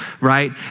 Right